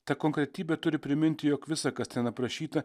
ta konkretybė turi priminti jog visa kas ten aprašyta